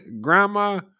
grandma